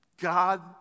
God